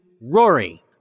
Rory